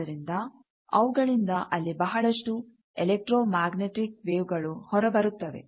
ಆದ್ದರಿಂದ ಅವುಗಳಿಂದ ಅಲ್ಲಿ ಬಹಳಷ್ಟು ಎಲೆಕ್ಟ್ರೋ ಮ್ಯಾಗ್ನೆಟಿಕ್ ವೇವ್ಗಳು ಹೊರಬರುತ್ತವೆ